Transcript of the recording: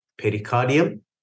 pericardium